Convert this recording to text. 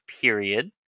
period